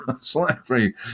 slavery